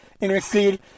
intercede